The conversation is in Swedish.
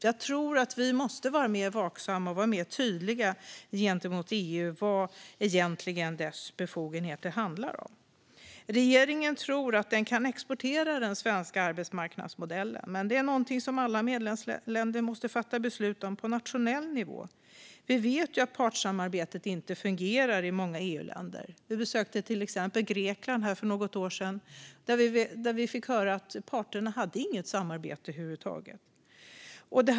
Jag tror att vi måste vara mer vaksamma och tydliga gentemot EU om vad dess befogenheter egentligen handlar om. Regeringen tror att den kan exportera den svenska arbetsmarknadsmodellen, men det är något som alla medlemsländer måste fatta beslut om på nationell nivå. Vi vet att partssamarbetet inte fungerar i många EU-länder. Vi besökte till exempel Grekland för något år sedan, och vi fick höra att parterna över huvud taget inte hade något samarbete.